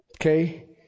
Okay